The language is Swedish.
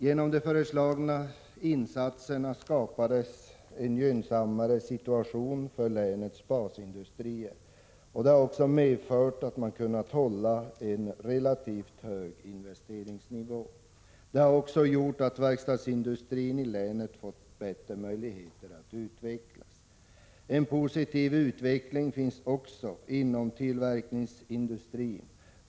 Genom de föreslagna insatserna skapades en gynnsammare situation för länets basindustrier. De har därigenom kunnat hålla en relativt hög investeringsnivå. Det har också gjort att verkstadsindustrin i länet fått bättre möjligheter att utvecklas. Också inom tillverkningsindustrin har vi en positiv utveckling.